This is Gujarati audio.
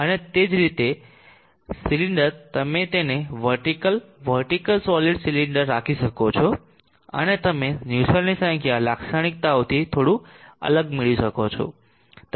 હવે તે જ સિલિન્ડર તમે તેને વર્ટીકલ વર્ટીકલ સોલિડ સિલિન્ડર રાખી શકો છો અને તમે નુસેલ્ટની સંખ્યા લાક્ષણિકતાઓથી થોડું અલગ મેળવી શકો છો